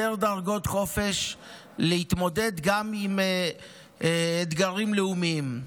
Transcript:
יותר דרגות חופש להתמודד גם עם אתגרים לאומיים.